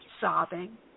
sobbing